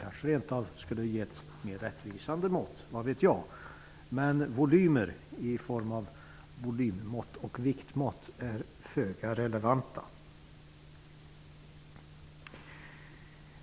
Kanske skulle det vara ett mera rättvisande mått -- vad vet jag -- men volym och viktmått är föga relevanta.